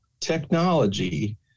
technology